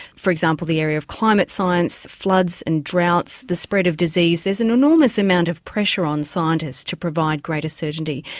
for example, the area of climate science, floods and droughts, the spread of disease, there's an enormous amount of pressure on scientists to provide greater certainty.